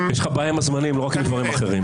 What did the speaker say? יש לך בעיה עם הזמנים, לא רק עם דברים אחרים.